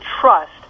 trust